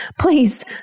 Please